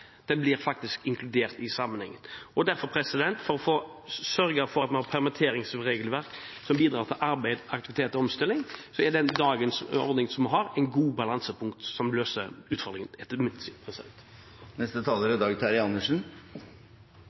Den blir faktisk inkludert i sammenhengen. For å sørge for å få et permitteringsregelverk som bidrar til arbeid, aktivitet og omstilling, er derfor dagens ordning etter mitt syn et godt balansepunkt som løser utfordringen. Bakgrunnen for det Dokument 8-forslaget som vi nå har til behandling, er